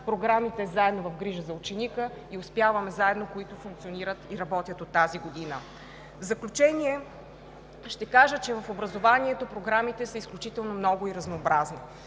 програмите „Заедно в грижа за ученика“ и „Успяваме заедно“, които функционират и работят от тази година. В заключение ще кажа, че програмите в образованието са изключително много и разнообразни.